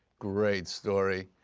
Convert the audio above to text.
great story.